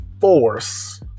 force